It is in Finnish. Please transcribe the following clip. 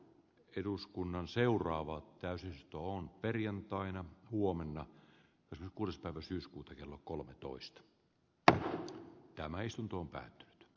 eduskunnan seuraavaa täysistunnon perjantaina huomenna jo kuudes päivä syyskuuta kello kolmetoista kannustavat nimenomaan nopeatahtiseen tuulipuistojen rakentamiseen